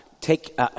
Take